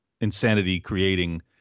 insanity-creating